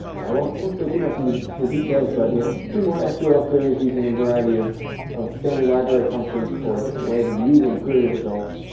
i won't won't go too much into the details. but we have a few more sql queries using a variety of of standard library functions for different ways of using queried results.